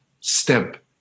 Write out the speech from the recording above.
step